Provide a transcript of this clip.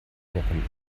wochen